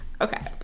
Okay